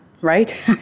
right